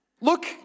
Look